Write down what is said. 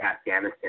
Afghanistan